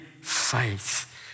faith